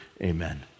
amen